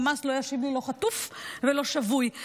חמאס לא ישיב לי לא חטוף ולא שבוי.